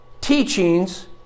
teachings